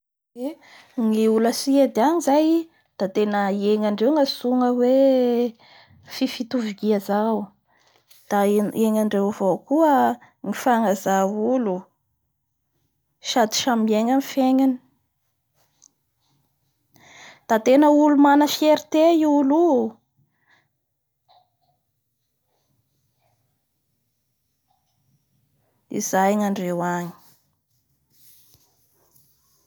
Ny olo a Suedy agny zay da tena engadreo ny antsoina hoe fifitovia da iengadreo avao koa ny fanaja olo sady samy mienga amin'ny fiegnany.